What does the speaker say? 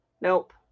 Nope